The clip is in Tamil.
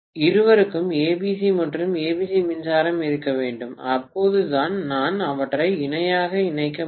இருவருக்கும் ஏபிசி மற்றும் ஏபிசி மின்சாரம் இருக்க வேண்டும் அப்போதுதான் நான் அவற்றை இணையாக இணைக்க முடியும்